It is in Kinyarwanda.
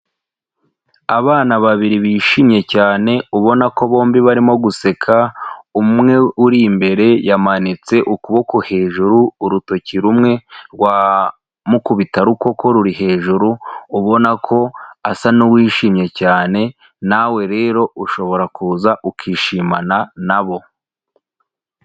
Abana babiri bishimye cyane ubona ko bombi barimo guseka, umwe uri imbere yamanitse ukuboko hejuru urutoki rumwe rwa mukubitarukoko ruri hejuru ubona ko asa n'uwishimye cyane, nawe rero ushobora kuza ukishimana na bo.